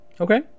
Okay